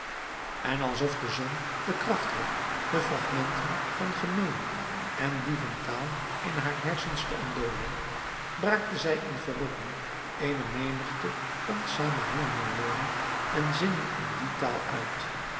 en alsof de zon de kracht had de fragmenten van gemeene en dieventaal in haar hersens te ontdooien braakte zij in verrukking eene menigte onsamenhangende woorden en zinnen in die taal uit